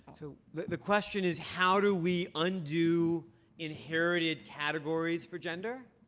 so the the question is, how do we undo inherited categories for gender?